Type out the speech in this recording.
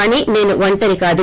కానీ సేను ఒంటరి కాదు